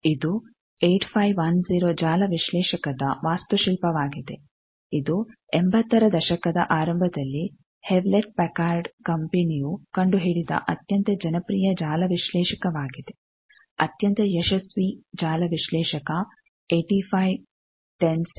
ಇದು 8510 ಜಾಲ ವಿಶ್ಲೇಷಕದ ವಾಸ್ತುಶಿಲ್ಪವಾಗಿದೆ ಇದು ಎಂಭತ್ತರ ದಶಕದ ಆರಂಭದಲ್ಲಿ ಹೆವ್ಲೆಟ್ ಪ್ಯಾಕರ್ಡ್ ಕಂಪನಿಯು ಕಂಡುಹಿಡಿದ ಅತ್ಯಂತ ಜನಪ್ರಿಯ ಜಾಲ ವಿಶ್ಲೇಷಕವಾಗಿದೆ ಅತ್ಯಂತ ಯಶಸ್ವಿ ಜಾಲ ವಿಶ್ಲೇಷಕ 8510 ಸಿ